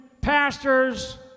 pastors